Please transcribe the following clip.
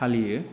फालियो